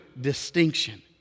distinction